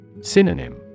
Synonym